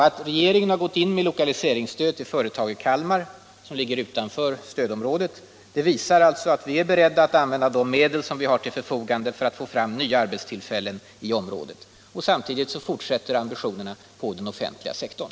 Att regeringen har gått in med lokaliseringsstöd till företag i Kalmar, som ligger utanför stödområdet, visar att vi är beredda att använda de medel som vi har till förfogande för att få fram nya arbetstillfällen i området. Samtidigt fortsätter vi att driva våra ambitioner inom den offentliga sektorn.